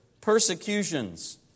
persecutions